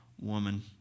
woman